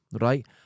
Right